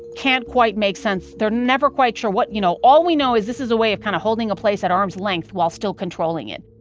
can't quite make sense. they're never quite sure what, you know all we know is this is a way kind of holding a place at arms length while still controlling it